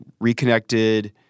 reconnected